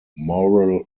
moral